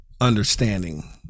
understanding